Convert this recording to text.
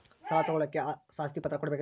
ಸಾಲ ತೋಳಕ್ಕೆ ಆಸ್ತಿ ಪತ್ರ ಕೊಡಬೇಕರಿ?